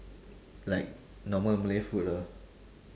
like normal malay food ah